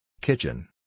Kitchen